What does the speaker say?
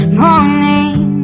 morning